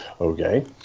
okay